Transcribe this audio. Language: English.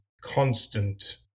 constant